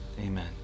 Amen